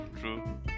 true